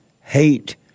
hate